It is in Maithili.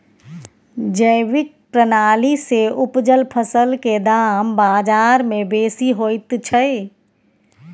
जैविक प्रणाली से उपजल फसल के दाम बाजार में बेसी होयत छै?